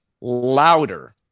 louder